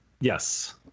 Yes